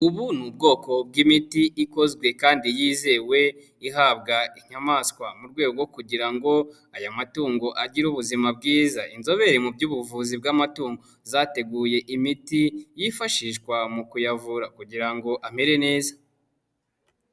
Ubu ni ubwoko bw'imiti ikozwe kandi yizewe, ihabwa inyamaswa mu rwego kugira ngo aya matungo agire ubuzima bwiza, inzobere mu by'ubuvuzi bw'amatungo zateguye imiti yifashishwa mu kuyavura kugira ngo amere neza.